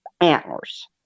antlers